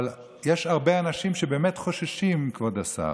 אבל יש הרבה אנשים שבאמת חוששים, כבוד השר.